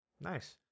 nice